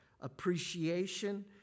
appreciation